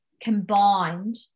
combined